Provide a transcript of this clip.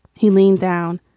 he leaned down.